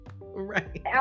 Right